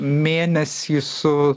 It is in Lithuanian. mėnesį su